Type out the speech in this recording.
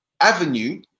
avenue